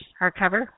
hardcover